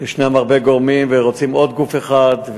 ישנם הרבה גורמים ורוצים עוד גוף אחד.